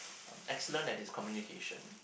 excellent at his communication